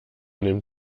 nimmt